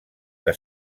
que